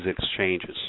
exchanges